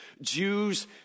Jews